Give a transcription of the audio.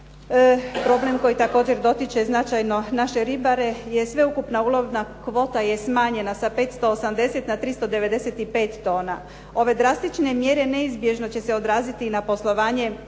problem koji također dotiče značajno naše ribare je sveukupna ulovna kvota je smanjena sa 580 na 395 tona. Ove drastične mjere neizbježno će se odraziti i na poslovanje